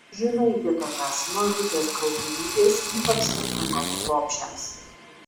žinai gi tokias mažutės krautuvytės ypač turtingoms bobšėms